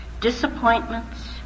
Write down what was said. disappointments